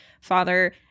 father